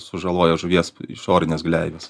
sužalojo žuvies išorines gleives